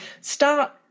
start